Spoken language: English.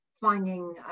finding